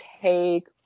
take